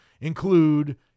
include